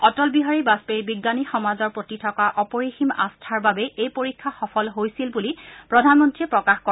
অটল বিহাৰী বাজপেয়ীৰ বিজ্ঞানী সমাজৰ প্ৰতি থকা অপৰিসীম আস্থাৰ বাবেই এই পৰীক্ষা সফল হৈছিল বুলিও প্ৰধানমন্ত্ৰীয়ে প্ৰকাশ কৰে